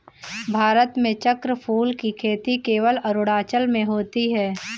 भारत में चक्रफूल की खेती केवल अरुणाचल में होती है